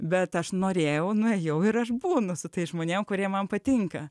bet aš norėjau nuėjau ir aš būnu su tais žmonėm kurie man patinka